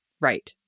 Right